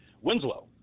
Winslow